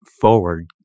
forward